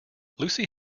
lucy